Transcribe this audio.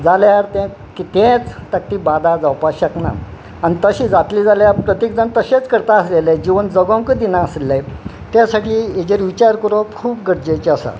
जाल्यार तें कितेंच ताका बादा जावपा शकना आनी तशें जातली जाल्यार प्रत्येक जाण तशेंच करता आसलेले जिवन जगोंकूच दिनासले त्या साठी हाजेर विचार करप खूब गरजेचे आसा